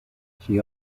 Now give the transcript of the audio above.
she